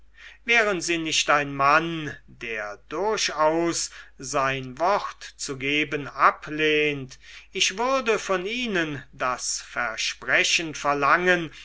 wären sie nicht ein mann der durchaus sein wort zu geben ablehnt ich würde von ihnen das versprechen verlangen